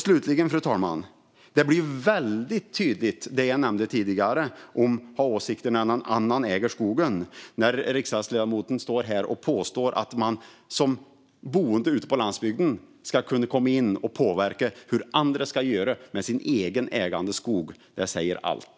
Slutligen blir det väldigt tydligt vad jag nämnde tidigare om att ha åsikter när någon annan äger skogen, fru talman, när riksdagsledamoten står här och påstår att man som boende ute på landsbygden ska kunna komma och påverka hur andra ska göra med sin egen ägda skog. Det säger allt.